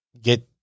get